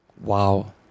Wow